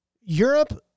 Europe